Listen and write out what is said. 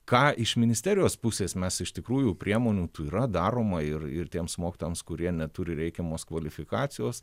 ką iš ministerijos pusės mes iš tikrųjų priemonių tų yra daroma ir ir tiems mokytojams kurie neturi reikiamos kvalifikacijos